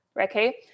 Okay